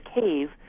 cave